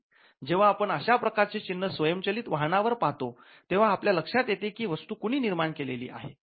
जेव्हा आपण अशा प्रकारचे चिन्ह स्वयंचलित वाहना वर पाहतो तेव्हा आपल्या लक्षात येते कि वस्तू कोणी निर्माण केली आहे